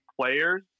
players